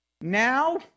Now